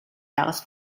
jahres